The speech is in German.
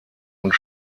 und